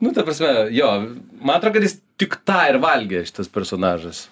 nu ta prasme jo man atrodo kad jis tik tą ir valgė šitas personažas